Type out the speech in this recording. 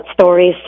stories